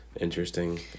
interesting